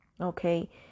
okay